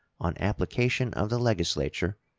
on application of the legislature,